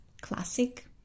classic